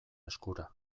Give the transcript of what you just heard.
eskura